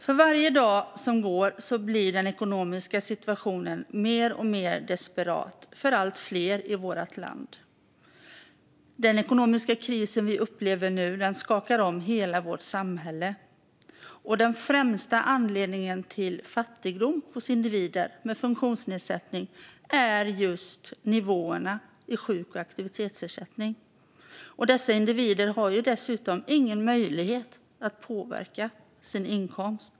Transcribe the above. För varje dag som går blir den ekonomiska situationen mer och mer desperat för allt fler i vårt land. Den ekonomiska kris vi nu upplever skakar om hela vårt samhälle. Den främsta anledningen till fattigdom hos individer med funktionsnedsättning är just nivåerna i sjuk och aktivitetsersättningen. Dessa individer har dessutom ingen möjlighet att påverka sin inkomst.